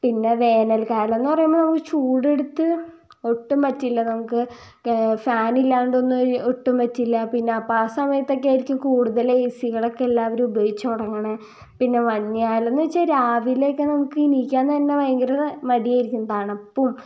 പിന്നെ വേനൽക്കാലന്ന് പറയുമ്പോൾ ചൂടെടുത്ത് ഒട്ടും പറ്റില്ല നമുക്ക് ഫാനില്ലാണ്ടൊന്നും ഒട്ടും പറ്റില്ല പിന്നെ അപ്പം ആ സമയത്തക്കേയിരിക്കും കൂടുതൽ എ സികളക്കെ എല്ലാവരും ഉപയോഗിച്ച് തുടങ്ങണത് പിന്നെ മഞ്ഞ് കാലന്ന് വച്ചാൽ രാവിലേക്ക നമുക്ക് എണീക്കാൻ തന്നെ ഭയങ്കര മടിയായിരിക്കും തണുപ്പും